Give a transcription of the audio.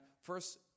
First